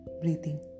breathing